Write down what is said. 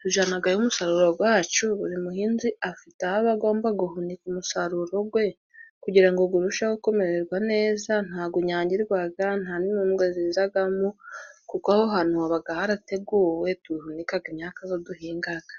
tujanagayo umusaruro gwacu. Buri muhinzi afite aho aba agomba guhunika umusaruro gwe kugira ngo gurusheho kumererwa neza. Ntigunyagirwaga nta n'inundwe zizagamo kuko aho hantu habaga harateguwe duhunikaga imyakaka zo duhingaga.